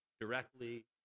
directly